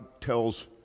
tells